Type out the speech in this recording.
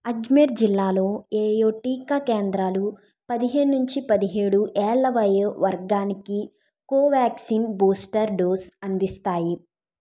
అజ్మేర్ జిల్లాలో ఏయో టీకా కేంద్రాలు పదిహేన్నించి పదిహేడు ఏళ్ళ వయో వర్గానికి కోవ్యాక్సిన్ బూస్టర్ డోస్ అందిస్తాయి